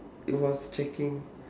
it was checking